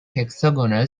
hexagonal